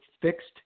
fixed